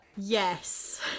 Yes